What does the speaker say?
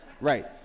Right